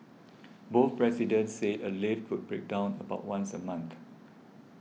both residents said a lift would break down about once a month